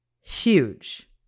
huge